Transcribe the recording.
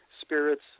spirits